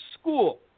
school